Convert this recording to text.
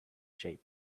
shape